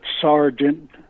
sergeant